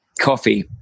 coffee